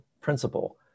principle